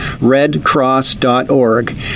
redcross.org